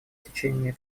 течение